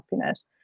happiness